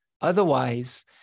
Otherwise